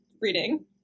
reading